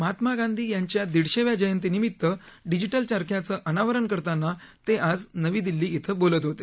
महात्मा गांधी यांच्या दीडशेव्या जयंतीनिमित डिजिटल चरख्याचं अनावरण करताना ते आज नवी दिल्ली इथं बोलत होते